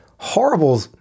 Horrible